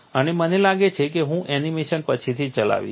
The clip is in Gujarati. અને મને લાગે છે કે હું એનિમેશન ફરીથી ચલાવીશ